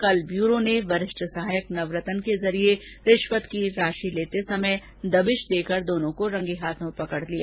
कल ब्यूरो ने वरिष्ठ सहायक नवरतन के जरिए रिश्वत की राशि लेते समय दबिश देकर दोनों को रंगे हाथों पकड़ लिया